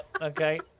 okay